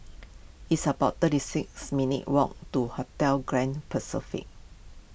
it's about thirty six minutes' walk to Hotel Grand Pacific